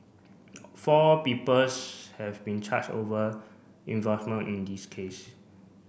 four peoples have been charged over involvement in this case